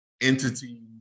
entity